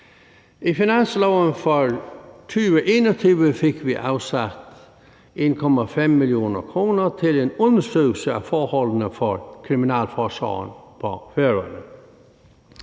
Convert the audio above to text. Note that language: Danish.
I finansloven for 2021 fik vi afsat 1,5 mio. kr. til en undersøgelse af forholdene for kriminalforsorgen på Færøerne.